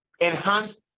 enhance